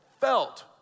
felt